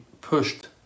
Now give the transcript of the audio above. pushed